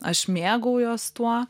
aš mėgaujuos tuo